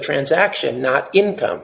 transaction not income